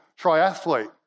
triathlete